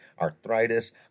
arthritis